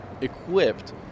equipped